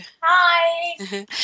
Hi